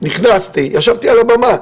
נכנסתי ישבתי על הבמה.